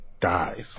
dies